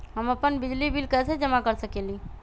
हम अपन बिजली बिल कैसे जमा कर सकेली?